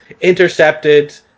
intercepted